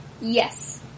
Yes